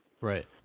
Right